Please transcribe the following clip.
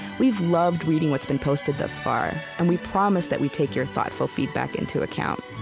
we've loved reading what's been posted thus far, and we promise that we take your thoughtful feedback into account.